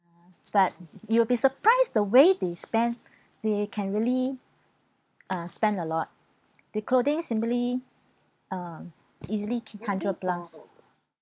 but you will be surprised the way they spent they can really uh spend a lot the clothing simply um easily hundred plus